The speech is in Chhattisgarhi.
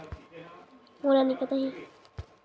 का आप हा मोला सिविल स्कोर के बारे मा बता सकिहा?